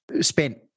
spent